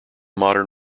modern